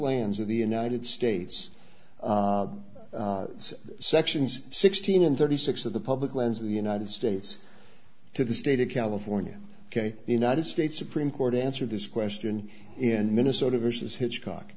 lands of the united states sections sixteen and thirty six of the public lands of the united states to the state of california ok the united states supreme court to answer this question in minnesota versus hitchcock